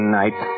night